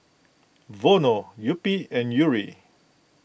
Vono Yupi and Yuri